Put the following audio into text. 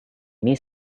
ini